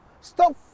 Stop